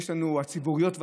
ודאי הציבוריות,